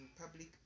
public